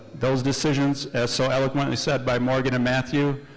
those decisions, as so eloquently said by morgan and matthew